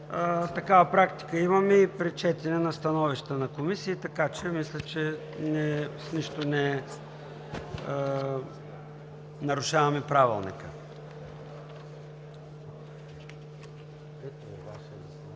Такава практика имаме и при четене на становища на комисиите, така че мисля, че с нищо не нарушаваме Правилника. „ДОКЛАД за